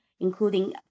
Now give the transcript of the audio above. including